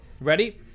ready